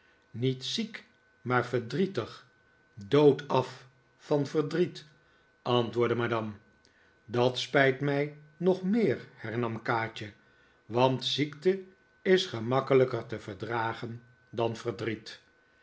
niet ziek maar verdrietig dood af van verdriet antwoordde madame dat spijt mij nog meer hernam kaatje want ziekte is gemakkelijker te verdragen dan verdriet